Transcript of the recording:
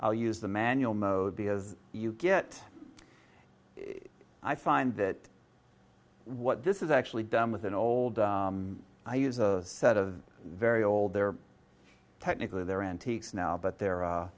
i'll use the manual mode the as you get i find that what this is actually done with an old i use a set of very old they're technically they're antiques now but they're